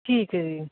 ਠੀਕ ਏ ਜੀ